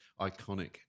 iconic